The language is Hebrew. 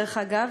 דרך אגב,